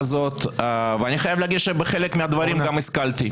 אני חייב להגיד שבחלק מהדברים גם השכלתי,